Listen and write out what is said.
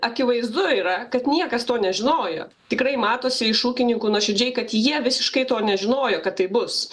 akivaizdu yra kad niekas to nežinojo tikrai matosi iš ūkininkų nuoširdžiai kad jie visiškai to nežinojo kad taip bus